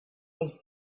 was